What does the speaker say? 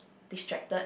distracted